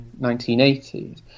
1980s